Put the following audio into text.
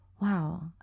wow